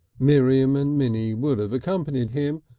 miriam and minnie would have accompanied him,